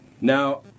Now